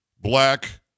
black